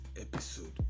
episode